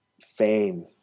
fame